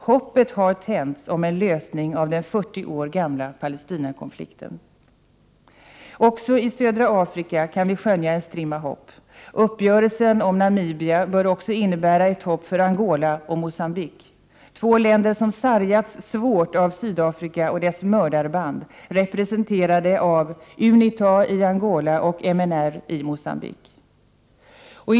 Hoppet har tänts om en lösning av den 40 år gamla Palestinakonflikten. Också i södra Afrika kan vi skönja en strimma hopp. Uppgörelsen om Namibia bör också innebära ett hopp för Angola och Mogambique — två länder som sargats svårt av Sydafrika och dess mördarband, representerade av UNITA i Angola och MNR i Mogambique. Herr talman!